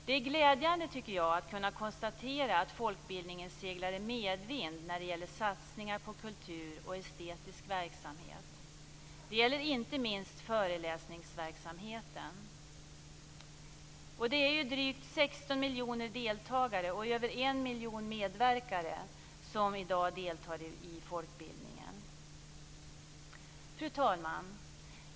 Det är glädjande att kunna konstatera att folkbildningen seglar i medvind när det gäller satsningar på kultur och estetisk verksamhet. Det gäller inte minst föreläsningsverksamheten. Drygt 16 miljoner deltagare och över 1 miljon medarbetare deltar i dag i folkbildningen. Fru talman!